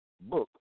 Book